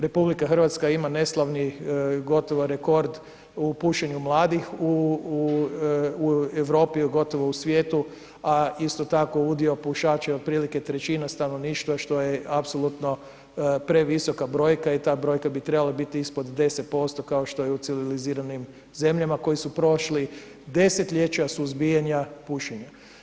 RH ima neslavni gotovo rekord u pušenju mladih u Europi, gotovo u svijetu, a isto tako udio pušača je otprilike 1/3 stanovništva što je apsolutno previsoka brojka i ta brojka bi trebala biti ispod 10% kao što je u civiliziranim zemljama, koji su prošli desetljeća suzbijanja pušenja.